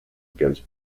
against